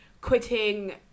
Quitting